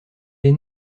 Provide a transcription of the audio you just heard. est